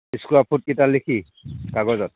square ফুটকেইটা লিখি কাগজত